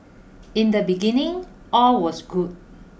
in the beginning all was good